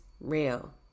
real